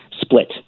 split